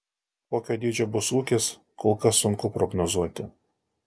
kokio dydžio bus ūkis kol kas sunku prognozuoti